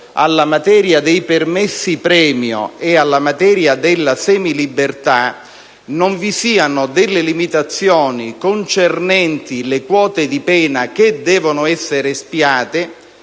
alla materia dei permessi premio e della semilibertà, non vi siano limitazioni concernenti le quote di pena che devono essere espiate,